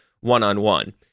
one-on-one